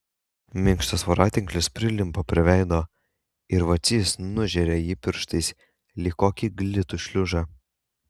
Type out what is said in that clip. minkštas voratinklis prilimpa prie veido ir vacys nužeria jį pirštais lyg kokį glitų šliužą